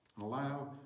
Allow